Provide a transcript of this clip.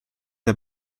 der